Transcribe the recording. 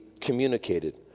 communicated